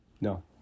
No